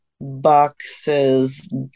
boxes